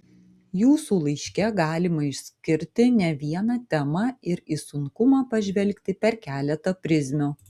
jūsų laiške galima išskirti ne vieną temą ir į sunkumą pažvelgti per keletą prizmių